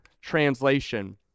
translation